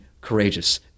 courageous